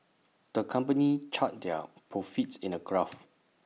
the company charted their profits in A graph